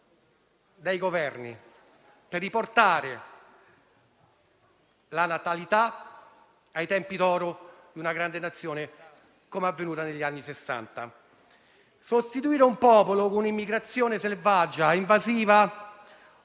dai Governi per riportare la natalità ai tempi d'oro in cui l'Italia era una grande Nazione, com'è stato negli anni Sessanta. Sostituire un popolo con un'immigrazione selvaggia e invasiva